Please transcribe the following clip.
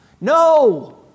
No